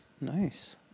Nice